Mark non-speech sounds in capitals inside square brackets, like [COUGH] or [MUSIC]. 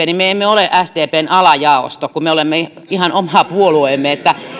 [UNINTELLIGIBLE] niin pääoppositiopuolue sdpn alajaosto vaan me olemme ihan oma puolueemme